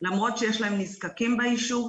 למרות שיש להן נזקקים ביישוב,